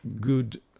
good